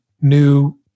new